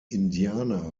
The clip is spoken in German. indianer